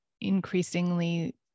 increasingly